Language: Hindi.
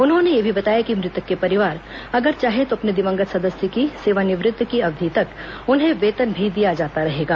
उन्होंने यह भी बताया कि मृतक के परिवार अगर चाहें तो अपने दिवंगत सदस्य की सेवानिवृत्त की अवधि तक उन्हें वेतन भी दिया जाता रहेगा